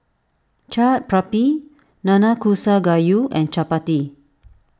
Chaat Papri Nanakusa Gayu and Chapati